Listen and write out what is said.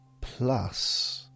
Plus